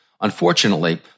Unfortunately